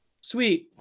sweet